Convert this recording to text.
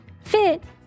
fit